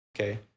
okay